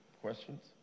questions